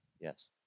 Yes